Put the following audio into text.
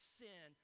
sin